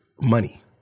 money